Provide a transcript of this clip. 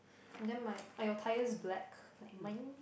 and then my I got tyres black like mine